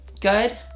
good